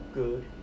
good